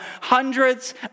hundreds